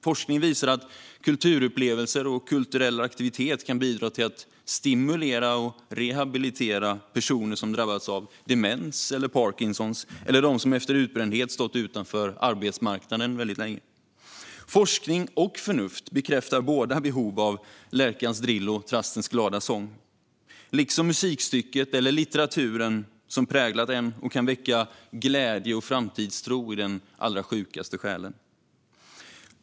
Forskning visar att kulturupplevelser och kulturell aktivitet kan bidra till att stimulera och rehabilitera personer som drabbats av demens eller Parkinsons eller personer som efter utbrändhet stått utanför arbetsmarknaden väldigt länge. Forskning och förnuft bekräftar båda behov av lärkans drill och trastens glada sång, liksom musikstycket eller litteraturen som präglat en och kan väcka glädje och framtidstro i den allra sjukaste själ.